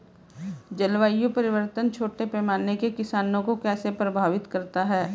जलवायु परिवर्तन छोटे पैमाने के किसानों को कैसे प्रभावित करता है?